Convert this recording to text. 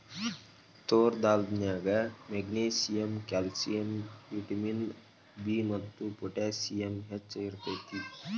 ತೋರ್ ದಾಲ್ ನ್ಯಾಗ magnesium, calcium, vitamin B ಮತ್ತು ಪೊಟ್ಯಾಸಿಯಮ್ ಹೆಚ್ಚ್ ಇರ್ತೇತಿ